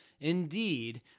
Indeed